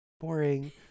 Boring